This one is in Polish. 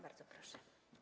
Bardzo proszę.